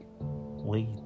wait